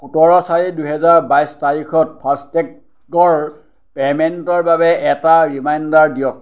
সোতৰ চাৰি দুহেজাৰ বাইছ তাৰিখত ফাষ্টটেগৰ পে'মেণ্টৰ বাবে এটা ৰিমাইণ্ডাৰ দিয়ক